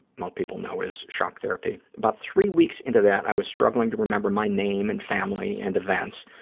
most people know, is shock therapy. about three weeks into that, i was struggling to remember my name and family and events,